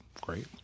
great